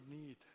need